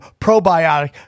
probiotic